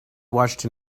watched